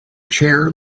chair